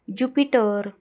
jupiter